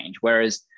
Whereas